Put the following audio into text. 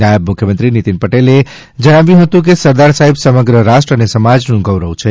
નાયબ મુખ્યમંત્રી નીતિનભાઇ પટેલે અહી જણાવ્યું હતું કે સરદાર સાહેબ સમગ્ર રાષ્ટ્ર અને સમાજનું ગૌરવ છે